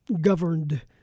governed